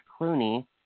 Clooney